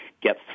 get